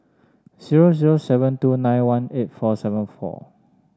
zero zero seven two nine one eight four seven four